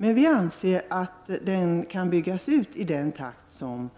Men vi anser att den kan byggas ut i den takt som